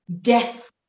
death